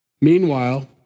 Meanwhile